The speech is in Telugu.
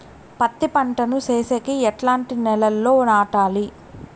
పత్తి పంట ను సేసేకి ఎట్లాంటి నేలలో నాటాలి?